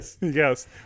Yes